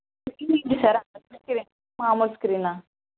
అలమో screen మామూలు స్క్రీనా